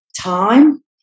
time